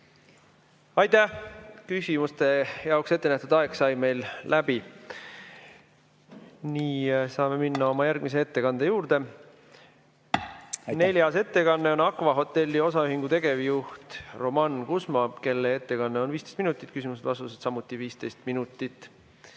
Aitäh! Küsimuste jaoks ette nähtud aeg sai meil läbi. Saame minna oma järgmise ettekande juurde. Neljas ettekanne on Aqva Hotels Osaühingu tegevjuhilt Roman Kusmalt, kelle ettekanne on 15 minutit, küsimused-vastused samuti 15 minutit.